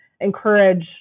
encourage